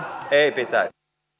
ei